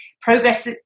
progress